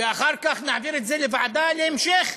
ואחר כך נעביר את זה לוועדה להמשך,